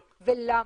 ולמה.